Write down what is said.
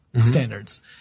standards